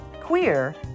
queer